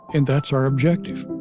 and that's our objective